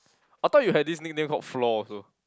I thought you had this nickname called floor also